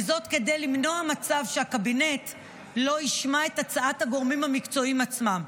וזאת כדי למנוע מצב שהקבינט לא ישמע את הצעת הגורמים המקצועיים עצמם,